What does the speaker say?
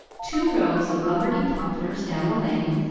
two rows of lombardy poplars down the lane,